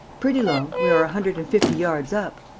pretty long. we are a hundred and fifty yards up.